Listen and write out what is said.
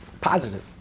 positive